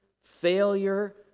failure